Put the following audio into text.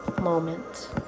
moment